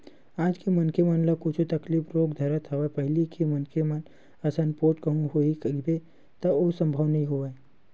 आज के मनखे मन ल कुछु तकलीफ रोग धरत हवय पहिली के मनखे मन असन पोठ कहूँ होही कहिबे त ओ संभव नई होवय